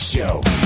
Show